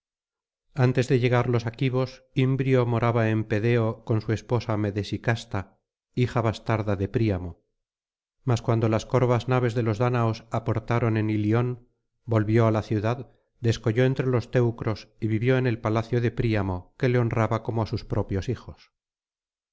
antes de llegar los aquivos imbrio moraba en pedeo con su esposa medesicasta hija bastarda de príamo mas cuando las corvas naves de los dáñaos aportaron en ilion volvió á la ciudad descolló entre los teucros y vivió en el palacio de príamo que le honraba como á sus propios hijos